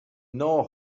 know